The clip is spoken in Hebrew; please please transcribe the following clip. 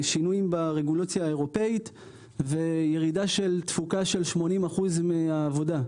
משינויים ברגולציה האירופאית וירידת תפוקה של 80% מהעבודה.